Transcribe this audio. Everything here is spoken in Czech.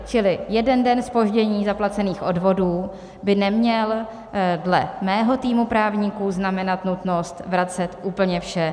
Čili jeden den zpoždění zaplacených odvodů by neměl dle mého týmu právníků znamenat nutnost vracet úplně vše.